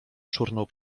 szurnął